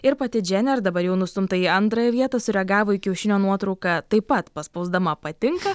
ir pati džener dabar jau nustumta į antrąją vietą sureagavo į kiaušinio nuotrauką taip pat paspausdama patinka